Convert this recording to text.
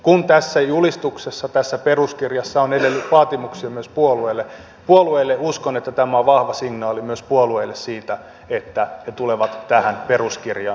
kun tässä julistuksessa tässä peruskirjassa on edelleen vaatimuksia myös puolueille niin uskon että tämä on vahva signaali myös puolueille siitä että ne tulevat tähän peruskirjaan sitoutumaan